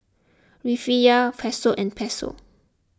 Rufiyaa Peso and Peso